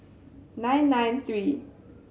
nine nine three